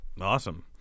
Awesome